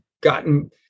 gotten